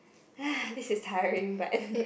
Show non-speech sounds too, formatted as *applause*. *breath* this is tiring but